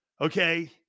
okay